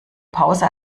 pause